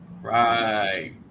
Right